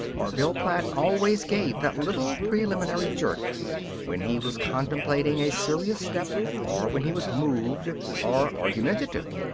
orville platt always gave that little preliminary jerk when he was contemplating a serious step, or when he was moved, or argumentative.